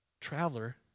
traveler